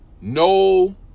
no